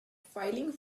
filing